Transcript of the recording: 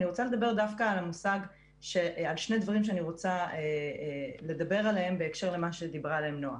אני רוצה לדבר דווקא על שני דברים בהקשר למה שדיברה נועה.